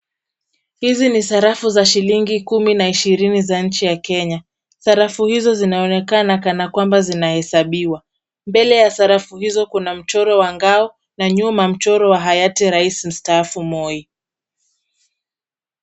Hizi ni sarafu za shilingi kumi na ishirini za nchi ya Kenya. Sarafu hizo zinaonekana kana kwamba zinahesabiwa. Mbele ya sarafu hizo kuna mchoro wa ngao na nyuma mchoro wa hayati rais mstaafu Moi.